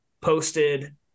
posted